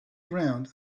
ground